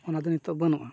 ᱚᱱᱟᱫᱚ ᱱᱤᱛᱳᱜ ᱵᱟᱹᱱᱩᱜᱼᱟ